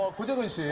was doing.